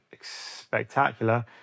spectacular